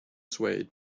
swayed